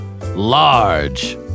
large